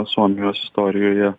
suomijos istorijoje